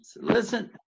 Listen